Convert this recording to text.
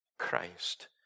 Christ